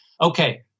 okay